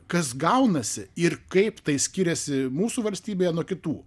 kas gaunasi ir kaip tai skiriasi mūsų valstybėje nuo kitų